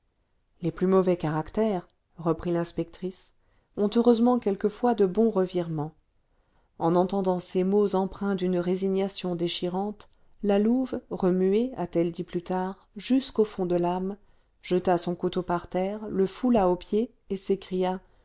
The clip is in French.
les plus mauvais caractères reprit l'inspectrice ont heureusement quelquefois de bons revirements en entendant ces mots empreints d'une résignation déchirante la louve remuée a-t-elle dit plus tard jusqu'au fond de l'âme jeta son couteau par terre le foula aux pieds et s'écria